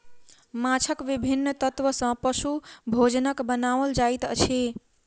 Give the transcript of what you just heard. माँछक विभिन्न तत्व सॅ पशु भोजनक बनाओल जाइत अछि